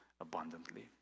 abundantly